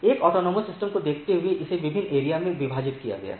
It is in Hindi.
एक स्वायत्त प्रणालियों को देखते हुए इसे विभिन्न एरिया में विभाजित किया गया है